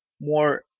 more